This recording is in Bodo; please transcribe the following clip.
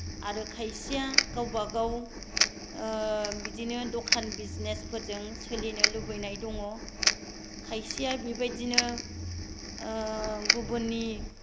आरो खायसेया गावबा गाव बिदिनो दखान बिजनेसफोरजों सोलिनो लुबैनाय दङ खायसेया बेबायदिनो गुबुननि